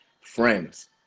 friends